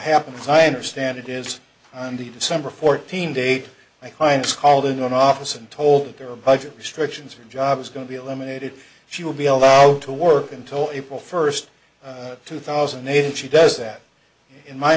happens i understand it is on the december fourteenth date my client's called into an office and told that there are budget restrictions or jobs going to be eliminated she will be allowed to work until april first two thousand and eight if she does that in my